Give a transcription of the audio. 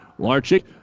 Larchick